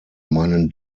meinen